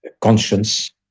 conscience